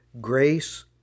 Grace